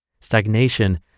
Stagnation